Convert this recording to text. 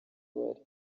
bari